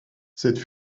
cette